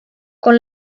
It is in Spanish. con